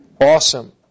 awesome